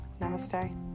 Namaste